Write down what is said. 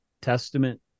Testament